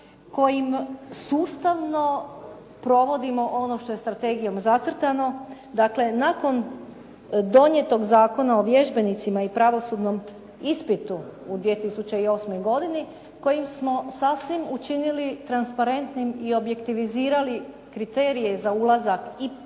kojim sustavno provodimo ono što je strategijom zacrtano. Dakle, nakon donijetog Zakona o vježbenicima i pravosudnom ispitu u 2008. godini kojim smo sasvim učinili transparentnim i objektivizirali kriterije za ulazak i u